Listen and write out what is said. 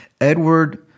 Edward